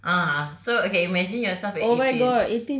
ah so okay imagine yourself at eighteen